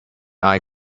eye